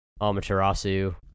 Amaterasu